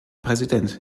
präsident